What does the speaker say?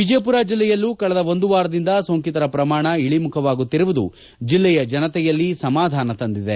ವಿಜಯಪುರ ಜಿಲ್ಡೆಯಲ್ಲೂ ಕಳೆದ ಒಂದು ವಾರದಿಂದ ಸೋಂಕಿತರ ಪ್ರಮಾಣ ಇಳಿಮುಖವಾಗುತ್ತಿರುವುದು ಜಿಲ್ಲೆಯ ಜನತೆಯಲ್ಲಿ ಸಮಾಧಾನ ತಂದಿದೆ